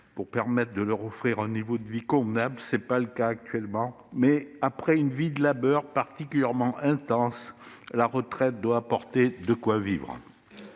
s'agissait de leur assurer un niveau de vie convenable, ce qui n'est pas le cas actuellement. Après une vie de labeur particulièrement intense, la retraite doit apporter de quoi vivre.